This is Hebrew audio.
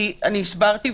הסברתי,